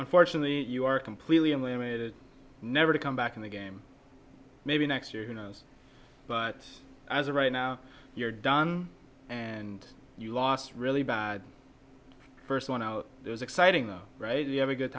unfortunately you are completely unlimited never to come back in the game maybe next year who knows but as of right now you're done and you lost really bad first one out there is exciting though right you have a good